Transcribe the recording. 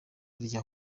rya